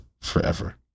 forever